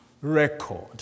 record